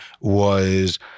was-